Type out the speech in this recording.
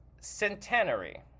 centenary